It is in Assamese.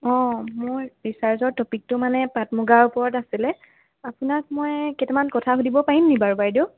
অঁ মোৰ ৰিচাৰ্ছৰ টপিকটো মানে পাট মুগাৰ ওপৰত আছিলে আপোনাক মই কেইটামান কথা সুধিব পাৰিম নি বাৰু বাইদেউ